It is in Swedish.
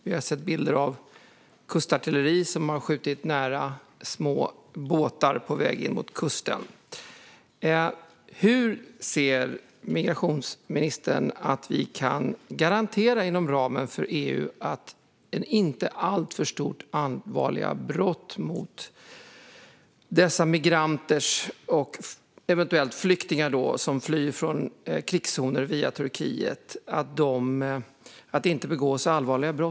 Vi har sett bilder av kustartilleri som har skjutit nära små båtar på väg in mot kusten. Hur anser migrationsministern att vi inom ramen för EU kan garantera att det inte begås allvarliga brott mot de migranter och eventuellt flyktingar som flyr från krigszoner via Turkiet?